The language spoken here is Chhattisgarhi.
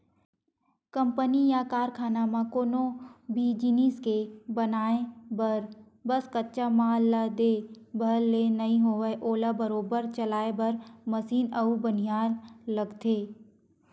कंपनी या कारखाना म कोनो भी जिनिस के बनाय बर बस कच्चा माल ला दे भर ले नइ होवय ओला बरोबर चलाय बर मसीन अउ बनिहार लगथे